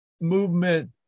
movement